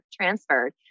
transferred